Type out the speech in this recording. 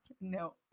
No